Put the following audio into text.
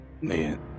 man